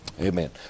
Amen